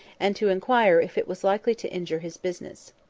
and to inquire if it was likely to injure his business.